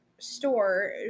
Store